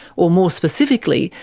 or more specifically,